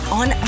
on